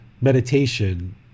meditation